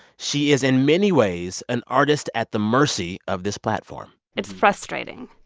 she is in many ways an artist at the mercy of this platform it's frustrating.